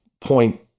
point